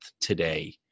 today